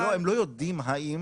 לא, הם לא יודעים האם.